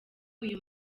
uyu